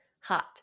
hot